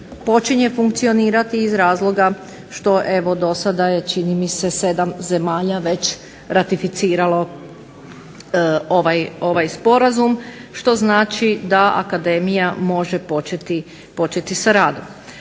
počinje funkcionirati iz razloga što do sada čini mi se 7 zemalja već ratificiralo ovaj sporazum, što znači da akademija može početi sa radom.